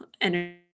energy